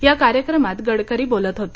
या कार्यक्रमात गडकरी बोलत होते